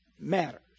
matters